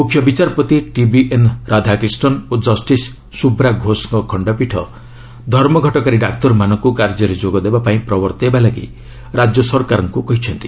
ମୁଖ୍ୟ ବିଚାରପତି ଟିବିଏନ୍ ରାଧାକ୍ରିଷ୍ଣନ୍ ଓ ଜଷ୍ଟିସ୍ ସୁବ୍ରା ଘୋଷଙ୍କ ଖଣ୍ଡପୀଠ ଧର୍ମଘଟକାରୀ ଡାକ୍ତରମାନଙ୍କୁ କାର୍ଯ୍ୟରେ ଯୋଗ ଦେବା ପାଇଁ ପ୍ରବର୍ତ୍ତାଇବା ଲାଗି ରାଜ୍ୟ ସରକାରଙ୍କ କହିଛନ୍ତି